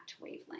wavelength